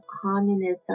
communism